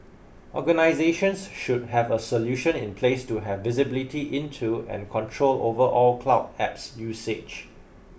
organisations should have a solution in place to have visibility into and control over all cloud apps usage